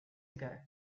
ago